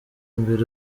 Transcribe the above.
imbere